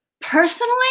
Personally